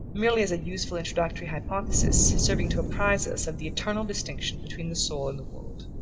merely as a useful introductory hypothesis, serving to apprize us of the eternal distinction between the soul and the world.